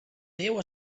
déu